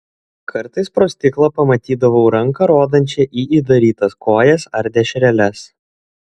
kartais pro stiklą pamatydavau ranką rodančią į įdarytas kojas ar dešreles